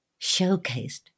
showcased